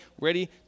ready